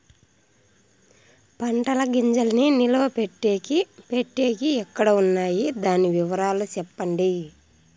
పంటల గింజల్ని నిలువ పెట్టేకి పెట్టేకి ఎక్కడ వున్నాయి? దాని వివరాలు సెప్పండి?